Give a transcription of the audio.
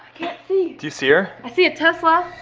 see! do you see her? i see a tesla.